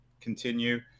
continue